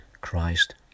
Christ